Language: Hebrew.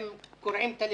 הם קורעים את הלב.